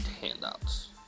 handouts